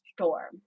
storm